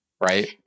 Right